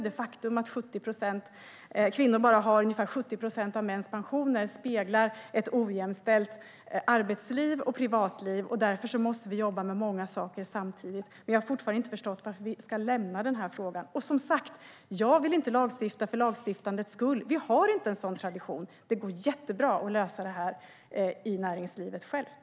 Det faktum att kvinnor får ut bara ungefär 70 procent av männens pensionsnivåer speglar ett ojämställt arbetsliv och privatliv. Därför måste vi jobba med många saker samtidigt. Vi har fortfarande inte förstått varför vi ska lämna frågan. Jag vill inte lagstifta för lagstiftandets skull. Sverige har inte en sådan tradition. Det går bra att lösa denna fråga inom näringslivet självt.